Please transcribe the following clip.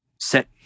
set